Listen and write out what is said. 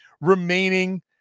remaining